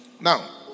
Now